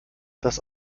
das